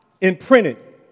imprinted